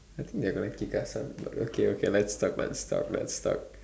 I think they are gonna kick us out but okay let's talk let's talk let's talk